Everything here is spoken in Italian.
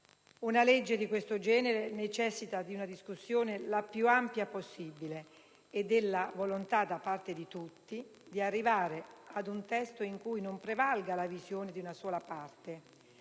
Una legge di questo genere necessita di una discussione la più ampia possibile e della volontà da parte di tutti di arrivare ad un testo in cui non prevalga la visione di una sola parte,